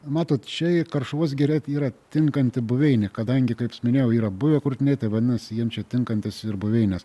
matot čia karšuvos giria yra tinkanti buveinė kadangi kaip minėjau yra buvę kurtiniai tai vadinasi jiem čia tinkantis ir buveinės